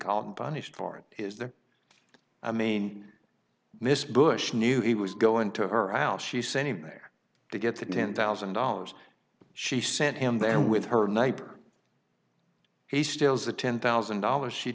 caught and punished for it is that i mean this bush knew he was going to her house she sent him there to get the ten thousand dollars she sent him there with her neighbor he steals the ten thousand dollars she